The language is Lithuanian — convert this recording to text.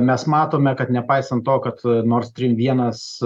mes matome kad nepaisant to kad su nors trim vienas